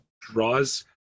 draws